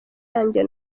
yanjye